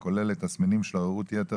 הכוללת תסמינים של עוררות יתר,